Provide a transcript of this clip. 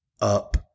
up